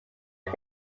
but